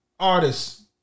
Artists